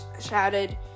shouted